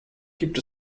gibt